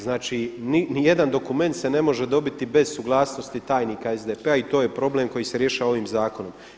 Znači nijedan dokument se ne može dobiti bez suglasnosti tajnika SDP-a i to je problem koji se rješava ovim zakonom.